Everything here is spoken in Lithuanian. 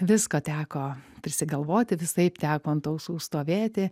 visko teko prisigalvoti visaip teko ant ausų stovėti